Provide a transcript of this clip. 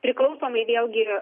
priklausomai vėlgi